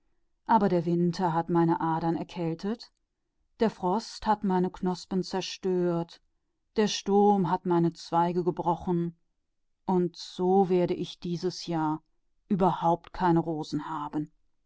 aber der winter machte meine adern erstarren der frost hat meine knospen zerbissen und der sturm meine zweige gebrochen und so habe ich keine rosen